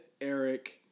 Eric